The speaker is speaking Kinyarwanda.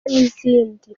n’izindi